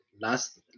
Last